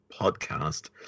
Podcast